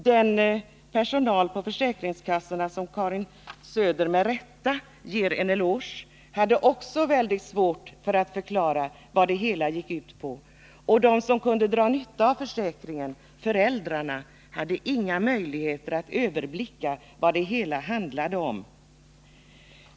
Den personal på försäkringskassorna som Karin Söder med rätta ger en eloge hade också 139 väldigt svårt att förklara vad det hela gick ut på. De som kunde dra nytta av försäkringen, föräldrarna, hade inga möjligheter att överblicka vad det hela handlade om.